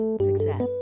success